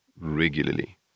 regularly